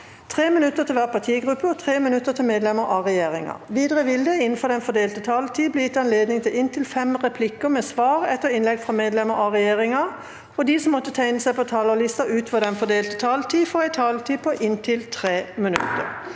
3 minutter til hver partigruppe og 3 minutter til medlemmer av regjeringa. Videre vil det – innenfor den fordelte taletid – bli gitt anledning til inntil fem replikker med svar etter innlegg fra medlemmer av regjeringa, og de som måtte tegne seg på talerlisten utover den fordelte taletid, får også en taletid på inntil 3 minutter.